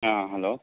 ꯑꯥ hello